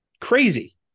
crazy